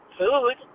food